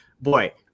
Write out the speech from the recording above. Boy